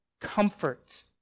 comfort